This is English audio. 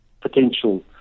potential